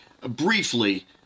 briefly